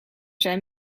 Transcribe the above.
zijn